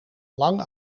lang